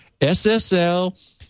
SSL